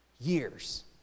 years